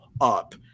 up